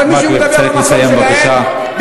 התפקיד שלהם זה,